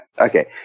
okay